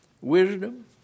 wisdom